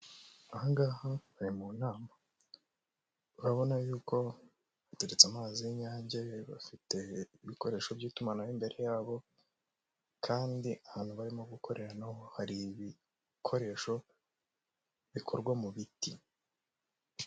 Aha ngaha bari mu nama. Urabona yuko bateretse amazi y'inyange, bafite ibikoresho by'itumanaho imbere yabo, kandi ahantu barimo gukorera naho, hari ibikoresho bikorwa mu biti.